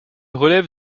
relève